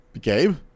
Gabe